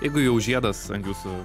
jeigu jau žiedas ant jūsų